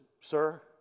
sir